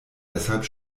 deshalb